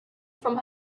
from